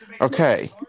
okay